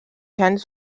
kendi